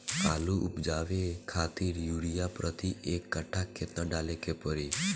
आलू उपजावे खातिर यूरिया प्रति एक कट्ठा केतना डाले के पड़ी?